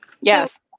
Yes